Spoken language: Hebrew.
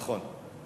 נכון.